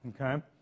Okay